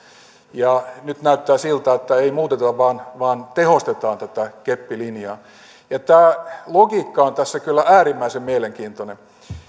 ja nyt näyttää siltä että ei muuteta vaan vaan tehostetaan tätä keppilinjaa tämä logiikka on kyllä äärimmäisen mielenkiintoinen